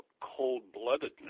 cold-bloodedness